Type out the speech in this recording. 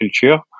culture